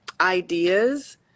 ideas